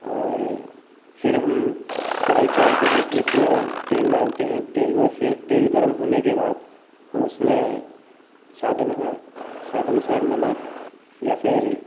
और फिर हम कड़ाही चढ़ाते हैं फिर उसमें तेल डालते हैं तेल में फिर तेल गर्म होने के बाद हम उसमें स्वाद अनुसार स्वाद अनुसार नमक या फिर